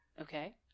okay